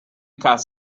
cards